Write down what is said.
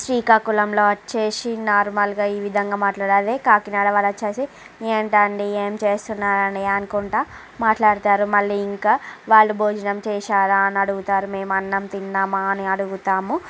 శ్రీకాకుళంలో వచ్చేసి నార్మల్గా ఈ విధంగా మాట్లాడతారు అదే కాకినాడ వాళ్ళు వచ్చేసి ఏంటండి ఏం చేస్తున్నారండీ అనుకుంటూ మాట్లాడతారు మళ్ళీ ఇంకా వాళ్ళు భోజనం చేశారా అని అడుగుతారు మేము అన్నం తిన్నామా అని అడుగుతాము